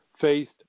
faced